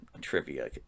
trivia